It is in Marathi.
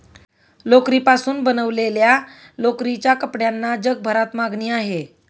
लोकरीपासून बनवलेल्या लोकरीच्या कपड्यांना जगभरात मागणी आहे